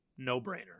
No-brainer